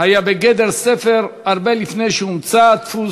היה בגדר ספר הרבה לפני שהומצא הדפוס,